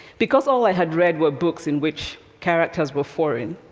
because all i had read were books in which characters were foreign,